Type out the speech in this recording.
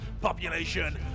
Population